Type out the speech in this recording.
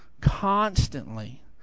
constantly